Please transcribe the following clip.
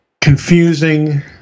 confusing